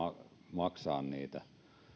maksaa niitä